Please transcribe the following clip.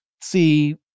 see